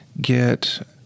get